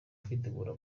kwitegura